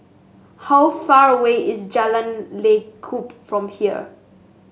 how far away is Jalan Lekub from here